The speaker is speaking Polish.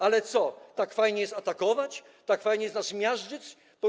Ale co, tak fajnie jest atakować, tak fajnie jest nas miażdżyć?